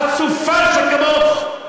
חצופה שכמוך,